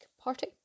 Party